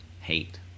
hate